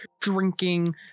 drinking